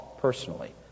personally